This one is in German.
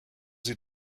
sie